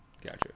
Gotcha